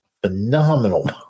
phenomenal